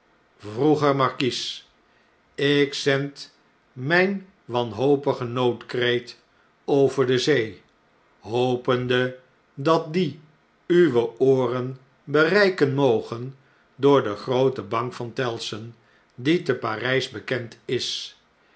markies ik zend mn'n wanhopigen noodkreet over de zee hopende dat die uwe ooren bereiken moge door de groote bank van tellson die te p a r jj s bekend is